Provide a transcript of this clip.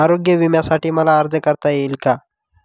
आरोग्य विम्यासाठी मला अर्ज करता येईल का?